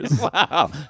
wow